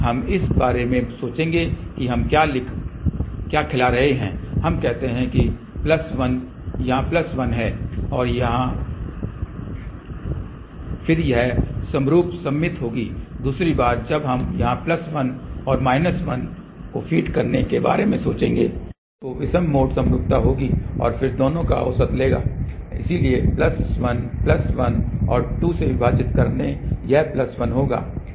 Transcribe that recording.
अब हम इस बारे में सोचेंगे कि हम क्या खिला रहे हैं हम कहते हैं कि प्लस 1 यहाँ प्लस 1 है यहाँ और फिर यह एक समरूप सममिति होगी दूसरी बार जब हम यहाँ प्लस 1 और माइनस 1 को फीड करने के बारे में सोचेंगे तो यह विषम मोड समरूपता होगी और फिर दोनों का औसत लेगा इसलिए प्लस 1 प्लस 1 और 2 से विभाजित करने यह प्लस 1 होगा